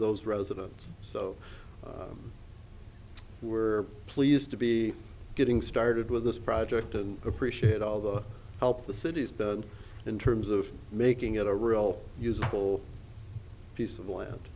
those residents so we're pleased to be getting started with this project and appreciate all the help the cities in terms of making it a real useful piece of land